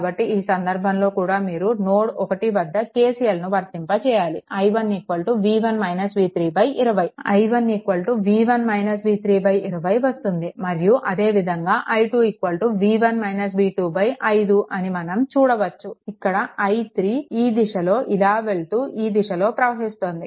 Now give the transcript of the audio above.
కాబట్టి ఈ సందర్భంలో కూడా మీరు నోడ్ 1 వద్ద KCLను వర్తింప చేయాలి i1 20 వస్తుంది మరియు అదే విధంగా i2 5 అని మనం చూడవచ్చు ఇక్కడ i3 ఈ దిశలో ఇలా వెళ్తూ ఈ దిశలో ప్రవహిస్తోంది